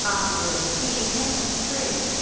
afterward, he attended st.